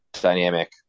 dynamic